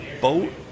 boat